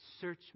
Search